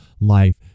life